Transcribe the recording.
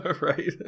Right